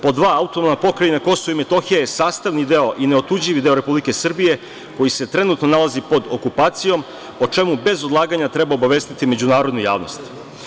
Pod dva, AP Kosovo i Metohija je sastavni deo i neotuđivi deo Republike Srbije, koji se trenutno nalazi pod okupacijom, o čemu bez odlaganja treba obavestiti međunarodnu javnost.